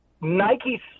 Nike